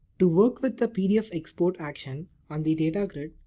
to work with the pdf export action on the data grid,